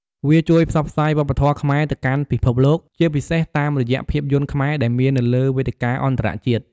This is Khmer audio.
វាជួយផ្សព្វផ្សាយវប្បធម៌ខ្មែរទៅកាន់ពិភពលោក ជាពិសេស តាមរយៈភាពយន្តខ្មែរដែលមាននៅលើវេទិកាអន្តរជាតិ។